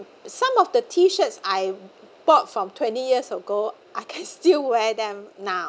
some of the T shirts I bought from twenty years ago I can still wear them now